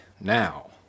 now